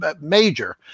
major